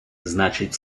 значить